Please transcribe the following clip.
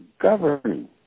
governing